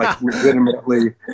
legitimately